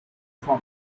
from